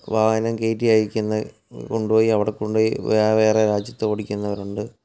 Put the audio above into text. വാഹനം കയറ്റി അയക്കുന്ന കൊണ്ടുപോയി അവിടെ കൊണ്ടുപോയി വേറെ വേറെ രാജ്യത്ത് ഓടിക്കുന്നവരുണ്ട്